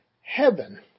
Heaven